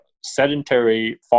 sedentary